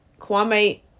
Kwame